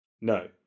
No